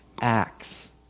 acts